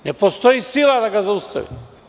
Ne postoji sila da ga zaustavim.